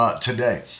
today